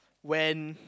when